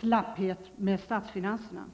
slapphet med statsfinanserna.